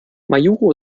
majuro